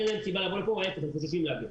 אין להם סיבה לבוא והם חוששים להגיע.